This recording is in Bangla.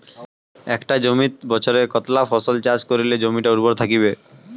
একটা জমিত বছরে কতলা ফসল চাষ করিলে জমিটা উর্বর থাকিবে?